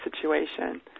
situation